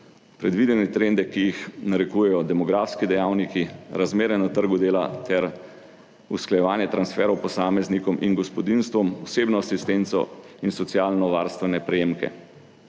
predvidene trende, ki jih narekujejo demografski dejavniki, razmere na trgu dela ter usklajevanje transferov posameznikom in gospodinjstvom, osebno asistenco in socialno varstvene prejemke.